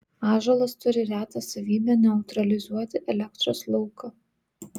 ąžuolas turi retą savybę neutralizuoti elektros lauką